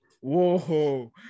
whoa